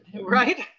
Right